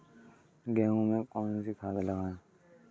गेहूँ में कौनसी खाद लगाएँ?